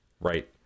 Right